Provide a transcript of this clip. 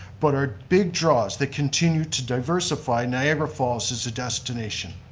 but our big draws, they continue to diversify niagara falls as a destination.